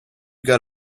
got